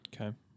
okay